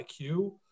IQ